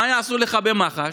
מה יעשו לך במח"ש?